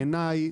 בעיניי,